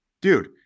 Dude